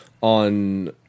on